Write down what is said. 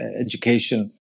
education